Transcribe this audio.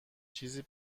چیزی